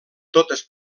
totes